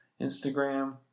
Instagram